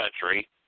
country